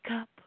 up